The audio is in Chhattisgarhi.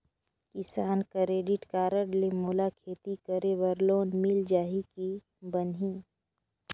किसान क्रेडिट कारड से मोला खेती करे बर लोन मिल जाहि की बनही??